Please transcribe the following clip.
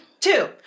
Two